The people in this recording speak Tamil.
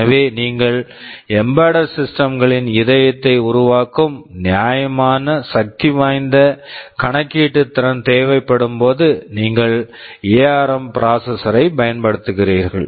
எனவே நீங்கள் எம்பெட்டட் சிஸ்டம் embedded system களின் இதயத்தை உருவாக்கும் நியாயமான சக்திவாய்ந்த கணக்கீட்டு திறன் தேவைப்படும்போது நீங்கள் எஆர்ம் ARM ப்ராசெசர் processor களைப் பயன்படுத்துகிறீர்கள்